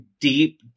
deep